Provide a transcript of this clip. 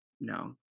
no